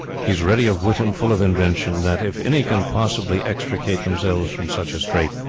he is ready of wit and full of invention that, if any can possibly extricate themselves from such a strait,